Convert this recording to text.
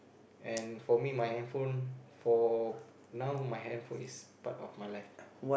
and for me my handphone for now my handphone is part of my life